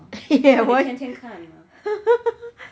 why